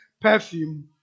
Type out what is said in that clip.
perfume